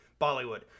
Bollywood